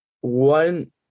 one